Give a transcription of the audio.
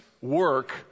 work